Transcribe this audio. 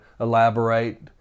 elaborate